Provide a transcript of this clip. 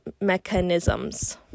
mechanisms